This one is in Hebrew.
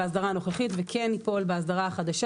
הנוכחית וכן ייפול באסדרה החדשה.